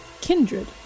Kindred